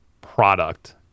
product